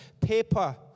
paper